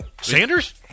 Sanders